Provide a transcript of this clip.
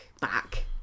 back